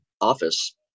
office